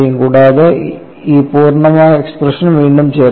കൂടാതെ ഈ പൂർണ്ണമായ എക്സ്പ്രഷൻ വീണ്ടും ചേർക്കുക